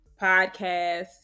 podcast